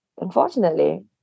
unfortunately